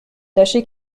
tâchez